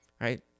right